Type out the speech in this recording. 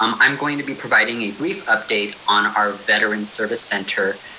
um i'm going to be providing a brief update on our veteran service center,